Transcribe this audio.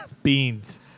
Beans